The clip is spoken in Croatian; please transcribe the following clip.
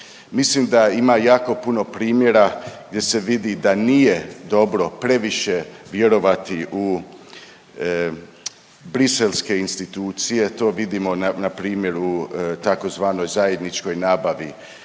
Mislim da ima jako puno primjera gdje se vidi da nije dobro previše vjerovati u briselske institucije, to vidimo na primjeru, tzv. zajedničkoj nabavi